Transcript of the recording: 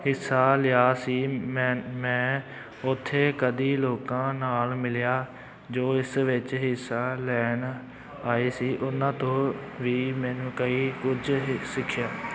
ਹਿੱਸਾ ਲਿਆ ਸੀ ਮੈਂ ਮੈਂ ਉੱਥੇ ਕਦੇ ਲੋਕਾਂ ਨਾਲ ਮਿਲਿਆ ਜੋ ਇਸ ਵਿੱਚ ਹਿੱਸਾ ਲੈਣ ਆਏ ਸੀ ਉਹਨਾਂ ਤੋਂ ਵੀ ਮੈਨੂੰ ਕਈ ਕੁਝ ਸਿੱਖਿਆ